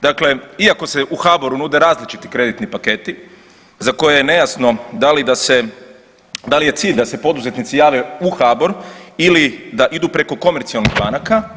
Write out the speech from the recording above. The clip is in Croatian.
Dakle, iako se u HBOR-u nude različiti kreditni paketi za koje je nejasno da li je cilj da se poduzetnici jave u HBOR ili da idu preko komercionalnih banaka.